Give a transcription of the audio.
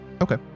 Okay